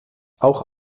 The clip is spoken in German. auch